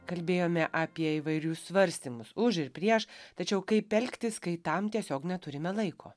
kalbėjome apie įvairius svarstymus už ir prieš tačiau kaip elgtis kai tam tiesiog neturime laiko